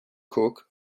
cook